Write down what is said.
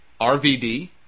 RVD